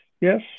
Yes